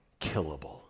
killable